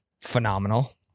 Phenomenal